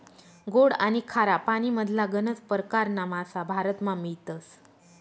गोड आनी खारा पानीमधला गनज परकारना मासा भारतमा मियतस